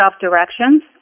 directions